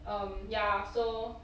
um ya so